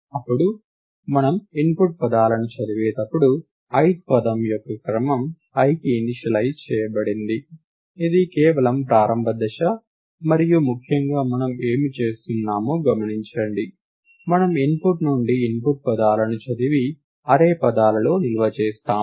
అప్పుడు మనం ఇన్పుట్ పదాలను చదివేటప్పుడు ith పదం యొక్క క్రమం i కి ఇనీషలైజ్ చేయబడింది ఇది కేవలం ప్రారంభ దశ మరియు ముఖ్యంగా మనం ఏమి చేస్తున్నామో గమనించండి మనము ఇన్పుట్ నుండి ఇన్పుట్ పదాలను చదివి అర్రే పదాలలో నిల్వ చేస్తాము